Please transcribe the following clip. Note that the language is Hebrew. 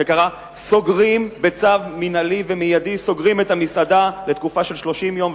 סוגרים בצו מינהלי ומיידי את המסעדה לתקופה של 30 יום,